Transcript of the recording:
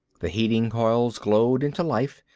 the heating coils glowed into life.